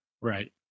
Right